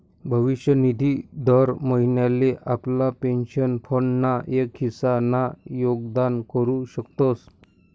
भविष्य निधी दर महिनोले आपला पेंशन फंड ना एक हिस्सा ना योगदान करू शकतस